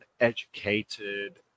educated